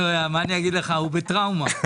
בטראומה.